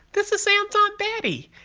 this is sam's aunt betty.